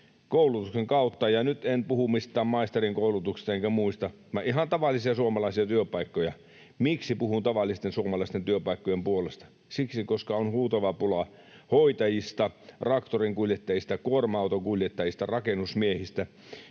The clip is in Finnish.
koulutuksen kautta. Ja nyt en puhu mistään maisterin koulutuksesta enkä muista sellaisista vaan ihan tavallisista suomalaisista työpaikoista. Miksi puhun tavallisten suomalaisten työpaikkojen puolesta? Siksi, koska on huutava pula hoitajista, traktorinkuljettajista, kuorma-autonkuljettajista, rakennusmiehistä,